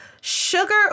sugar